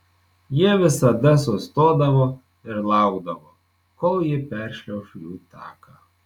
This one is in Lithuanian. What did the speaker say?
jie visada sustodavo ir laukdavo kol ji peršliauš jų taką